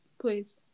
Please